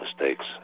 mistakes